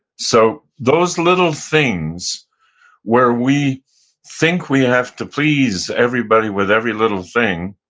so those little things where we think we have to please everybody with every little thing